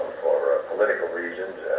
for ah political reasons,